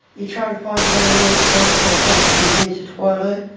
you try to find somewhere near a toilet so at least you can use a toilet.